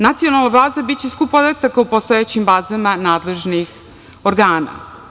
Nacionalna baza biće skup podataka o postojećim bazama nadležnih organa.